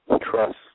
Trust